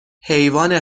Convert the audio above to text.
حیوان